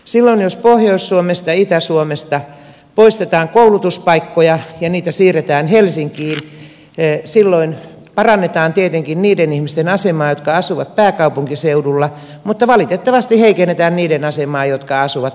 silloin jos pohjois suomesta ja itä suomesta poistetaan koulutuspaikkoja ja niitä siirretään helsinkiin silloin parannetaan tietenkin niiden ihmisten asemaa jotka asuvat pääkaupunkiseudulla mutta valitettavasti heikennetään niiden asemaa jotka asuvat äärirajoilla